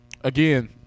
Again